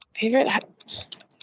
Favorite